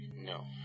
No